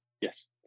Yes